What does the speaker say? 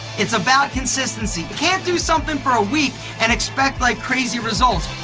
it's about consistency, you can't do something for a week and expect like, crazy results.